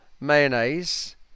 mayonnaise